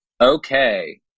okay